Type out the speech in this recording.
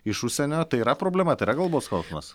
iš užsienio tai yra problema tai yra galbos skausmas